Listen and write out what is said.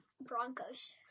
Broncos